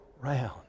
round